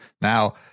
Now